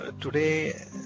today